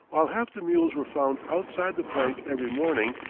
while half the mules were found outside the plank every morning,